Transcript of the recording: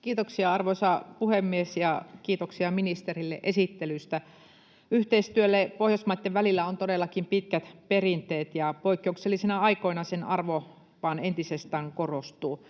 Kiitoksia, arvoisa puhemies, ja kiitoksia ministerille esittelystä! Yhteistyölle Pohjoismaitten välillä on todellakin pitkät perinteet, ja poikkeuksellisina aikoina sen arvo vain entisestään korostuu.